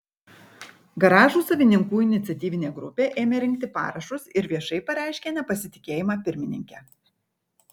garažų savininkų iniciatyvinė grupė ėmė rinkti parašus ir viešai pareiškė nepasitikėjimą pirmininke